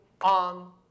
on